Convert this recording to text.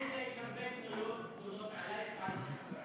קסניה, יש הרבה, תלונות עלייך ועל,